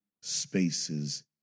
spaces